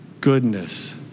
goodness